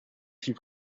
fut